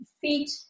feet